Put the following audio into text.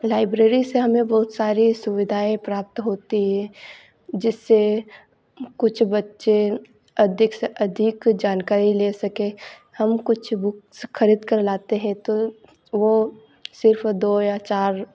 library से हमें बहुत सारी सुविधाएँ प्राप्त होती हे जिससे कुछ बच्चे अधिक से अधिक जानकारी ले सकें हम कुछ बुक्स खरीदकर लाते हैं तो वो सिर्फ़ दो या चार